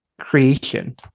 creation